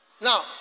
Now